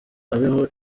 abeho